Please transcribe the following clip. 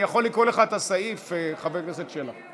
אני יכול לקרוא לך את הסעיף, חבר הכנסת שלח.